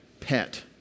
pet